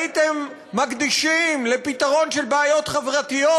הייתם מקדישים לפתרון של בעיות חברתיות,